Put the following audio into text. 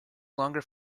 longer